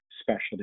specialty